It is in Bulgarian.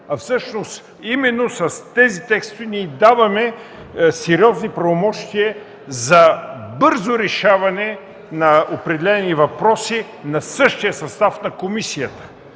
Всъщност именно с тези текстове ние даваме сериозни правомощия за бързо решаване на определени въпроси на същия състав на комисията,